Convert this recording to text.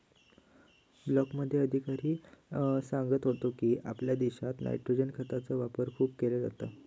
ब्लॉकमध्ये अधिकारी सांगत होतो की, आपल्या देशात नायट्रोजन खतांचो वापर खूप केलो जाता